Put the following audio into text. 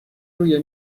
روی